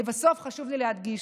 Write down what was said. לבסוף, חשוב לי להדגיש: